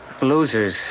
Losers